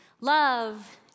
love